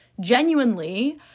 genuinely